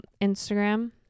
Instagram